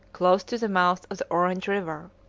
close to the mouth of the orange river.